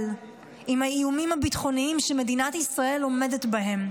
אבל עם האיומים הביטחוניים שמדינת ישראל עומדת בהם,